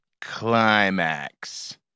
Climax